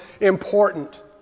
important